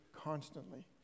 constantly